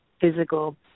physical